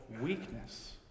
weakness